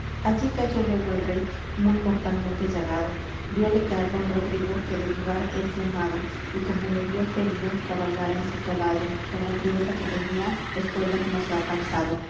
allí cayó luégo el rey muy mortalmente llagado vióle caer don rodrigo que de vivar es llamado y como le vió ferido cabalgara en su caballo con la priesa que tenía espuelas no se ha calzado